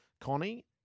Connie